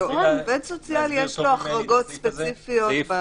לעובד סוציאלי יש החרגות ספציפיות.